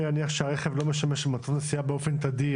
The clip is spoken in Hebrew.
להניח שהרכב אינו משמש למטרות נסיעה באופן תדיר",